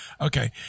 Okay